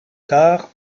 tard